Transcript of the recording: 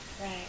Right